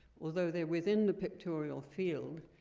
although they're within the pictorial field,